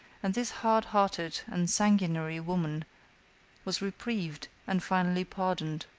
and this hard-hearted and sanguinary woman was reprieved and finally pardoned.